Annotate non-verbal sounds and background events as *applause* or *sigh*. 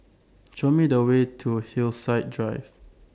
*noise* Show Me The Way to Hillside Drive